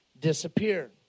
disappear